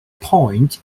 point